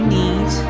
need